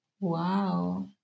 Wow